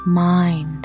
mind